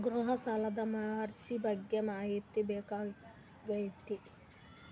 ಗೃಹ ಸಾಲದ ಅರ್ಜಿ ಬಗ್ಗೆ ಮಾಹಿತಿ ಬೇಕಾಗೈತಿ?